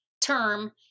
term